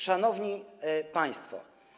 Szanowni Państwo!